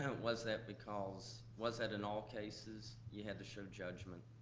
and was that because, was that in all cases? you had to show judgment.